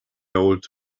old